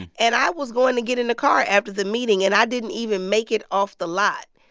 and i was going to get in the car after the meeting, and i didn't even make it off the lot.